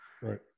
right